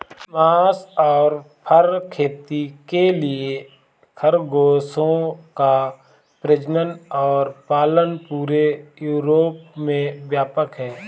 मांस और फर खेती के लिए खरगोशों का प्रजनन और पालन पूरे यूरोप में व्यापक है